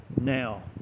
now